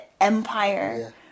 empire